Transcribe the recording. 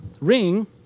ring